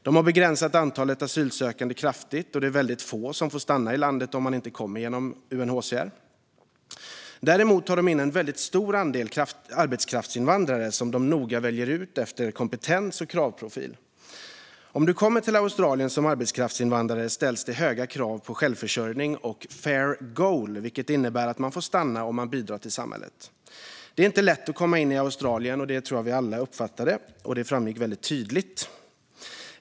De har begränsat antalet asylsökande kraftigt, och det är få som får stanna i landet om de inte kommer genom UNHCR. Däremot tar de in en mycket stor andel arbetskraftsinvandrare som de noga väljer ut efter kompetens och kravprofil. Om man kommer till Australien som arbetskraftsinvandrare ställs det höga krav på självförsörjning och fair goal, vilket innebär att man får stanna om man bidrar till samhället. Det är inte lätt att komma in i Australien. Det tror jag att vi alla uppfattade; det framgick mycket tydligt.